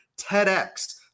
TEDx